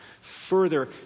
further